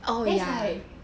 then it's like